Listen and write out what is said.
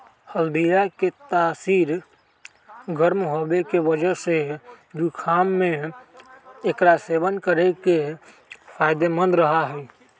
हल्दीया के तासीर गर्म होवे के वजह से जुकाम में एकरा सेवन करे से फायदेमंद रहा हई